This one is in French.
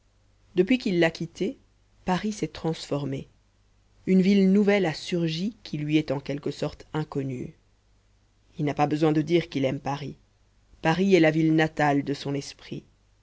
depuis qu'il l'a quitté paris s'est transformé une ville nouvelle a surgi qui lui est en quelque sorte inconnue il n'a pas besoin de dire qu'il aime paris paris est la ville natale de son esprit